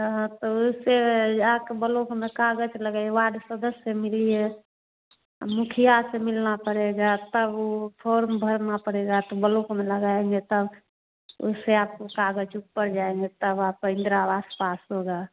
हाँ तो वैसे यहाँ के बलौक में काग़ज़ लगे वार्ड सदस्य से मिलिए और मुखिया से मिलना पड़ेगा तब उ फॉर्म भरना पड़ेगा तो बलोक में लगाएंगे तब उससे आपके कग़ज़ ऊपर जाएंगे तब आपका इन्द्रा आवास पास होगा